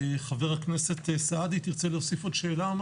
חבר הכנסת אבו שחאדה, בקשה.